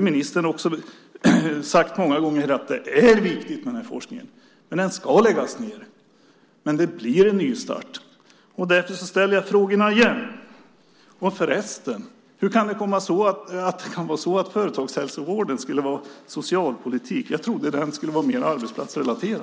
Ministern har ju många gånger sagt att det är viktigt med den här forskningen. Men den ska läggas ned, och det blir en nystart. Därför ställer jag frågorna igen. Hur kan det förresten vara så att företagshälsovården skulle vara socialpolitik? Jag trodde att den skulle vara mer arbetsplatsrelaterad.